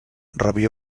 rebia